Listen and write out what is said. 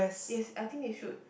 yes I think they should